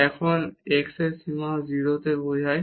এবং x এর সীমা 0 তে যায়